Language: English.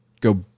go